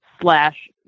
slash